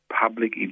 public